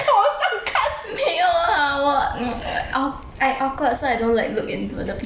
没有啊我 mm uh I awkward so I don't like look into the people eye [one]